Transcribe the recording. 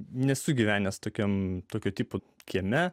nesu gyvenęs tokiam tokio tipo kieme